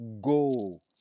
Go